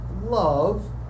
love